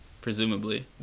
presumably